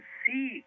see